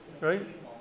right